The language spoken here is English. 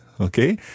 Okay